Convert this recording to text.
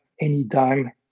anytime